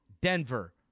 denver